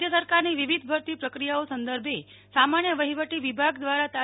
રાજ્ય સરકારની વિવિધ ભરતી પ્રક્રિયાઓ સંદર્ભે સામાન્ય વહીવટ વિભાગ દ્વારા તા